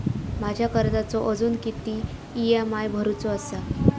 माझ्या कर्जाचो अजून किती ई.एम.आय भरूचो असा?